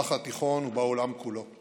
במזרח התיכון ובעולם כולו.